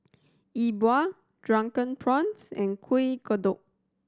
E Bua Drunken Prawns and Kuih Kodok